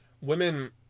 women